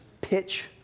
pitch